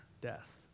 death